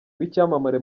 wicyamamare